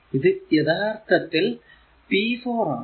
ഇത് യഥാർത്ഥത്തിൽ p 4 ആണ്